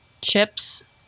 chips